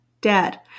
dad